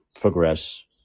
progress